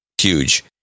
huge